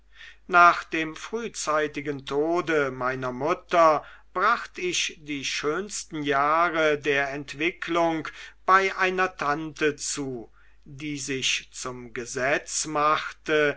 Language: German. nach dem frühzeitigen tode meiner mutter bracht ich die schönsten jahre der entwicklung bei einer tante zu die sich zum gesetz machte